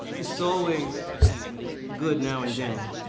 it's always good now and then